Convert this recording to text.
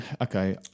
okay